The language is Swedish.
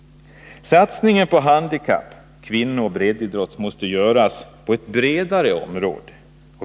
Satsningen på handikapp-, kvinnooch breddidrott måste göras på ett bredare sätt.